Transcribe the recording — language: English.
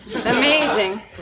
Amazing